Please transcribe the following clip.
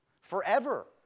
forever